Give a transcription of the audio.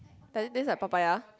but this this is papaya